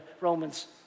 Romans